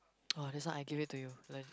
!wah! this one I give it to you legit~